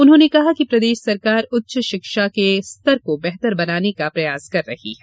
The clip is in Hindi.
उन्होंने कहा कि प्रदेश सरकार उच्च शिक्षा के स्तर को बेहतर बनाने का प्रयास कर रही है